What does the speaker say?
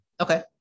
Okay